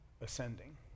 ascending